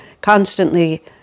constantly